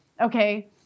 okay